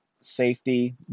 safety